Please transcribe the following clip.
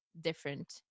different